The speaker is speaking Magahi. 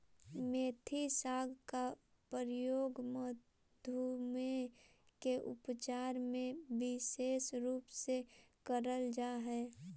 मेथी साग का प्रयोग मधुमेह के उपचार में विशेष रूप से करल जा हई